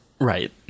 Right